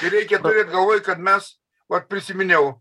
ir reikia turėt galvoj kad mes vat prisiminiau